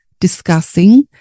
discussing